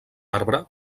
arbre